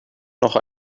noch